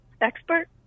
expert